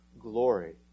glory